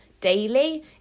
daily